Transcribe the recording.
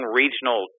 regional